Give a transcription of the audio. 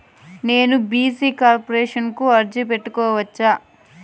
నేను BC corporation కు అర్జీ పెట్టుకోవచ్చా?